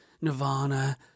Nirvana